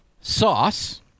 Sauce